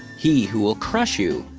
he who will crush you,